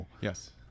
Yes